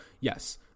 yes